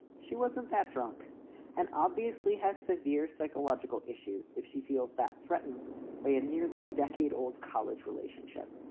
she wasn't that drunk and obviously has severe psychological issues. if she feels that threatened by a nearly decade old college relationship.